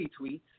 retweets